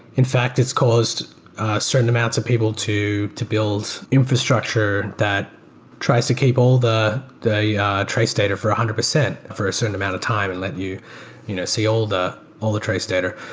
in fact, it's caused certain amounts of people to to build infrastructure that tries to keep all the the yeah trace data for a one hundred percent for a certain amount of time and let you you know see all the all the trace data.